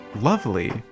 lovely